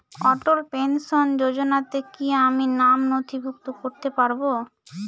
অটল pension যোজনাতে কি আমি নাম নথিভুক্ত করতে পারবো?